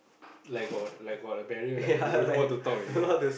like got like got a barrier like you don't know what to talk already ah